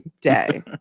day